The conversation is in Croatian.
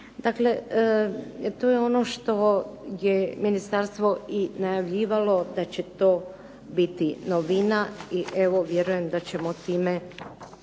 Dakle, to je ono što je ministarstvo i najavljivalo da će to biti novina i evo vjerujem da ćemo time